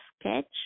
sketch